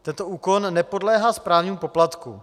Tento úkon nepodléhá správnímu poplatku.